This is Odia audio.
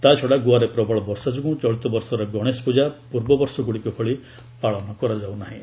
ତାଛଡ଼ା ଗୋଆରେ ପ୍ରବଳ ବର୍ଷା ଯୋଗୁଁ ଚଳିତ ବର୍ଷର ଗଣେଶ ପୂଜା ପୂର୍ବ ବର୍ଷଗୁଡ଼ିକ ଭଳି ପାଳନ କରାଯାଉ ନାହିଁ